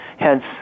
Hence